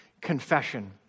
confession